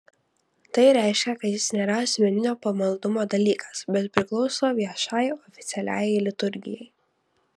tai reiškia kad jis nėra asmeninio pamaldumo dalykas bet priklauso viešai oficialiajai liturgijai